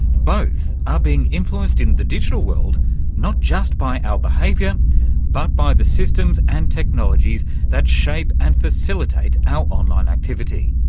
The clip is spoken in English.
both are being influenced in the digital world not just by our behaviour but by the systems and technologies that shape and facilitate our online activity.